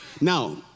Now